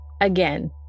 again